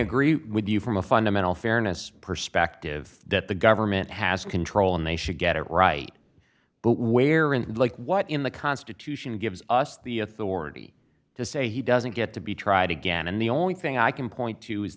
agree with you from a fundamental fairness perspective that the government has control and they should get it right but where and like what in the constitution gives us the authority to say he doesn't get to be tried again and the only thing i can point to is